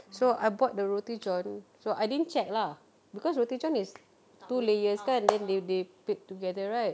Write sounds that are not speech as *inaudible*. so I bought the roti john so I didn't check lah because roti john is two layers kan *noise* then they they put it together right